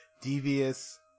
devious